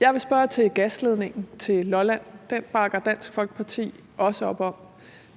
jeg vil spørge til gasledningen til Lolland. Den bakker Dansk Folkeparti også op om,